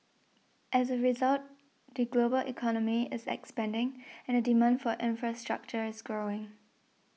as a result the global economy is expanding and the demand for infrastructure is growing